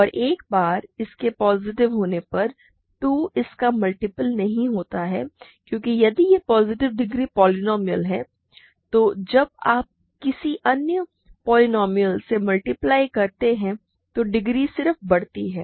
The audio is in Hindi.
और एक बार इसके पॉजिटिव होने पर 2 इसका मल्टीपल नहीं होता है क्योंकि यदि यह पॉजिटिव डिग्री पोलीनोमिअल है तो जब आप किसी अन्य पोलीनोमिअल से मल्टीप्लाई करते हैं तो डिग्री सिर्फ बढ़ती है